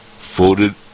voted